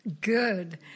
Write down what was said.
good